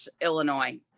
Illinois